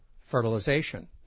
fertilization